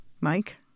Mike